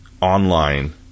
online